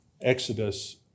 exodus